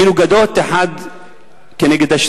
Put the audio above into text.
מנוגדות האחת לשנייה.